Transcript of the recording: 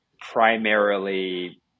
primarily